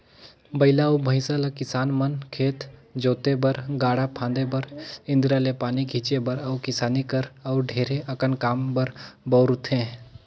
बइला अउ भंइसा ल किसान मन खेत जोते बर, गाड़ा फांदे बर, इन्दारा ले पानी घींचे बर अउ किसानी कर अउ ढेरे अकन काम बर बउरथे